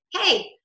Hey